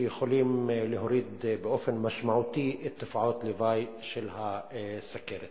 שיכולים להוריד באופן משמעותי את תופעות הלוואי של הסוכרת.